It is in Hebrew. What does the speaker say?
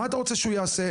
מה אתה רוצה שהוא יעשה?